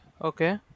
Okay